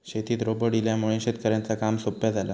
शेतीत रोबोट इल्यामुळे शेतकऱ्यांचा काम सोप्या झाला